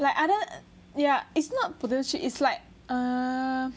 like other yeah it's not potato chips it's like err